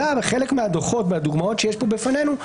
בחלק מהדוחות והדוגמאות שיש פה בפנינו,